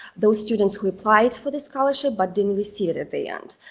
those students who applied for the scholarship, but didn't recieve it at the end.